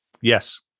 Yes